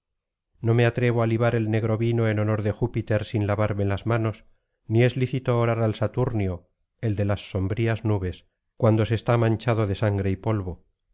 no me atrevo á libar el negro vino en honor de júpiter sin lavarme las manos ni es lícito orar al saturnio el de las sombrías nubes cuando se está manchado de sangre y polvo